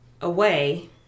away